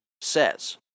says